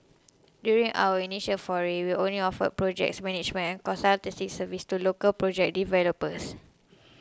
during our initial foray we only offered projects management and consultancy services to local project developers